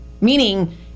Meaning